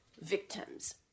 victims